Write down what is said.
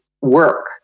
work